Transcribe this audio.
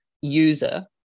user